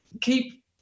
keep